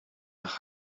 nach